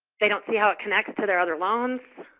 they don't see how it connects to their other loans.